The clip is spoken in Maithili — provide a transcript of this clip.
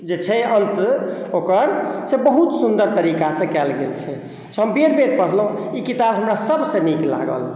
जे छै अंत ओकर से बहुत सुन्दर तरीका से कयल गेल छै से हम बेर बेर पढ़लहुॅं ई किताब हमरा सबसऽ नीक लागल